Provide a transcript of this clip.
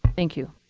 thank you.